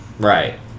Right